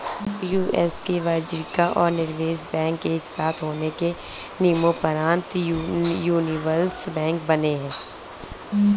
US में वाणिज्यिक और निवेश बैंक एक साथ होने के नियम़ोंपरान्त यूनिवर्सल बैंक बने